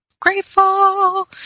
Grateful